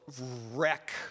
wreck